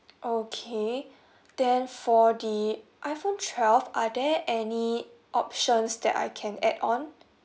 okay then for the iphone twelve are there any options that I can add on